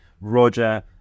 Roger